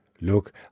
Look